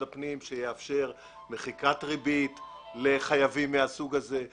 הפנים שיאפשר מחיקת ריבית לחייבים מהסוג הזה.